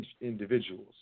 Individuals